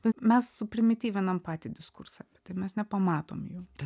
bet mes suprimityviname patį diskursą tai mes nepamatom jų